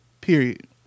Period